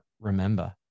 remember